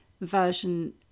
version